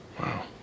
Wow